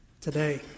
today